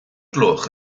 gloch